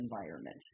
environment